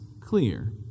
clear